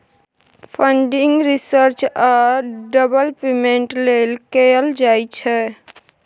funding research आ development लेल कएल जाइ छै